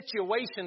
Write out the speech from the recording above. situations